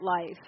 life